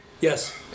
Yes